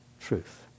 truth